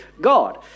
God